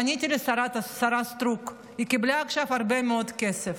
פניתי לשרה סטרוק, היא קיבלה עכשיו הרבה מאוד כסף,